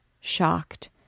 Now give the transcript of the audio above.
shocked